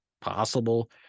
possible